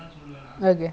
okay so